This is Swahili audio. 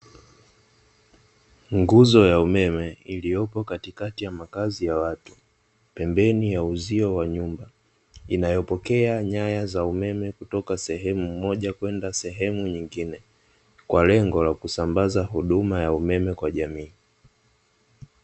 Nguzo ya umeme iliyopo katikati ya makazi ya watu, pembeni ya uzio wa nyumba inayopokea nyaya za umeme kutoka sehemu moja kwenda sehemu nyingine, kwa lengo la kusambaza huduma ya umeme kwa jamii.